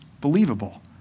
believable